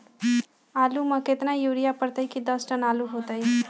आलु म केतना यूरिया परतई की दस टन आलु होतई?